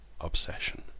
obsession